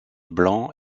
blanc